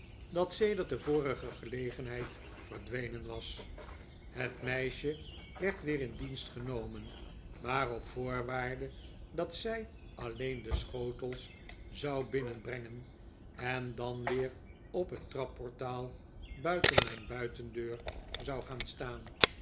de vorige gelegenheid verdwenen was het meisje werd weer in dienst genomen maar op voorwaarde dat zij alleen de sehotels zou binnenbrengen en dan weer op het trnpportaal buiten mijn buitendeur zou gaan staan